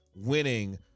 winning